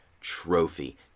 Trophy